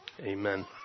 Amen